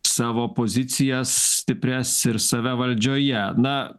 savo pozicijas stiprias ir save valdžioje na